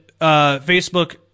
Facebook